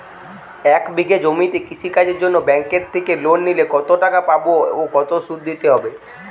এক বিঘে জমিতে কৃষি কাজের জন্য ব্যাঙ্কের থেকে লোন নিলে কত টাকা পাবো ও কত শুধু দিতে হবে?